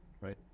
right